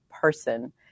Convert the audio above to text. person